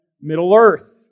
Middle-earth